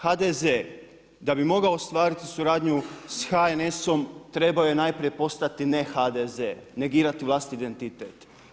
HDZ da bi mogao ostvariti suradnju sa HNS-om trebao je najprije postati ne HDZ, negirati vlastiti identitet.